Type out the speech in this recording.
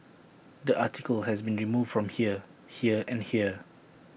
the article has been removed from here here and here